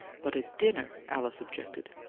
but a dinner! alice objected.